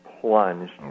plunged